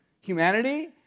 humanity